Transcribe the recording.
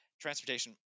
transportation